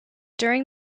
during